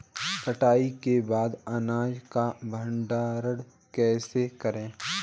कटाई के बाद अनाज का भंडारण कैसे करें?